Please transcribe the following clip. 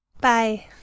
Bye